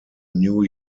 new